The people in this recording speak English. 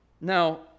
Now